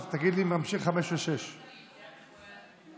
אני יודע שלא ייתכן שאנשים יקבלו במשך תשעה חודשים שכר ולא יעבדו.